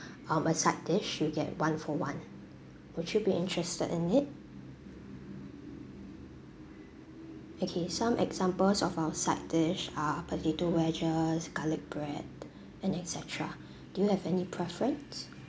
um a side dish you'll get one for one would you be interested in it okay some examples of our side dish are potato wedges garlic bread and et cetera do you have any preference